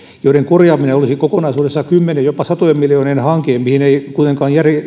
niiden korjaaminen olisi kokonaisuudessaan kymmenien jopa satojen miljoonien hanke mihin ei kuitenkaan